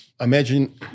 Imagine